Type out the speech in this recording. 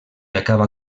acaba